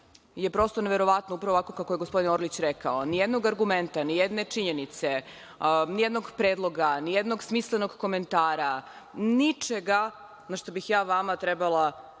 je prosto neverovatno, upravo ovako kako je gospodine Orlić rekao, ni jednog argumenta, ni jedne činjenice, ni jednog predloga, ni jednog smislenog komentara, ničega na šta bih ja trebala,